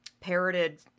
parroted